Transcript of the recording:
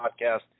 Podcast